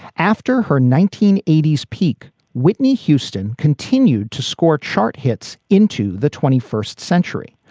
after her nineteen eighty s peak, whitney houston continued to score chart hits into the twenty first century.